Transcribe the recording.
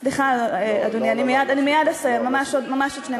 סליחה, אדוני, מייד אסיים, ממש עוד שני משפטים.